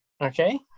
Okay